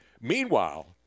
Meanwhile